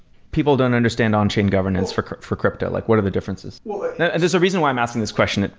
people don't understand onchain governance for for crypto. like what are the differences? there's a reason why i'm asking this question. and